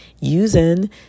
using